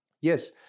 Yes